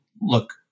look